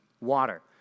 Water